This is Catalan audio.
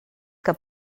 que